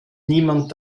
niemand